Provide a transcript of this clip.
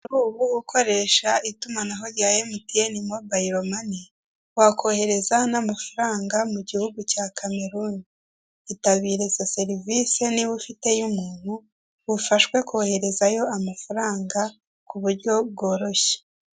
Mu rwego rwo gukoresha itumanaho rya emutiyeni mobayilo mani, wakohereza n'amafaranga mugihugu cya Kameruni. Itabire izo serivise niba ufiteyo umuntu, ufashwe koherezayo amafaranga, kuburyo bworoshye.